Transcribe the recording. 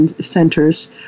centers